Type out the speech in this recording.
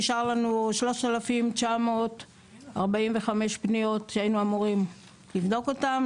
נשאר לנו 3,945 פניות שהיינו אמורים לבדוק אותן.